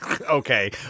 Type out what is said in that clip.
okay